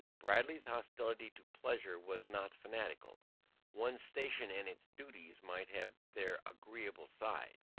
bradley's hostility to pleasure was not fanatical one's station and its duties might have their agreeable side.